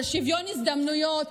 של שוויון הזדמנויות,